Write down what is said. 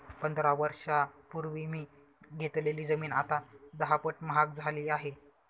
पंधरा वर्षांपूर्वी मी घेतलेली जमीन आता दहापट महाग झाली आहे